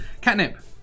Catnip